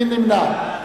מי נמנע?